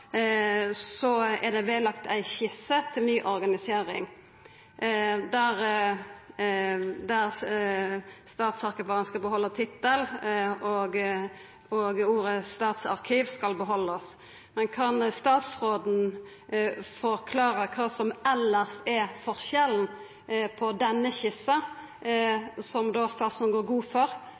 er det vedlagt ei skisse til ny organisering, der statsarkivarane skal behalda tittelen og ein skal behalda ordet «statsarkiv». Men kan statsråden forklara kva som elles er forskjellen på denne skissa, som statsråden tilsynelatande går god for,